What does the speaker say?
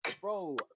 Bro